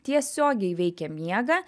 tiesiogiai veikia miegą